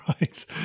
Right